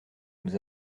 nous